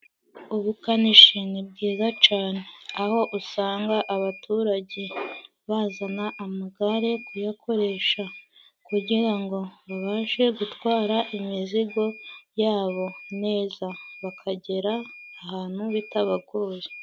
Ubukanishi ni bwiza cane aho usanga abaturage bazana amagare kuyakoresha kugira ngo babashe gutwara imizigo yabo neza bakagera ahantu bitabagoye.